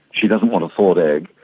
she doesn't want a thawed egg,